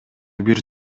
бир